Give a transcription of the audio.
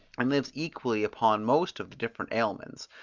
and lives equally upon most of the different aliments,